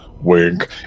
Wink